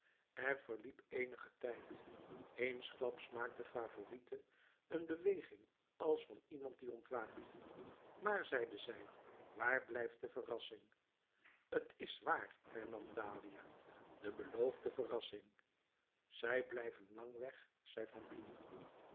er verliep eenige tijd eensklaps maakte favourite een beweging als van iemand die ontwaakt maar zeide zij waar blijft de verrassing t is waar hernam dahlia de beloofde verrassing zij blijven lang weg zei